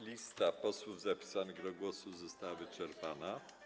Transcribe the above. Lista posłów zapisanych do głosu została wyczerpana.